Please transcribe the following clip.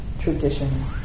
traditions